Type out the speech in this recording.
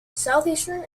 southeastern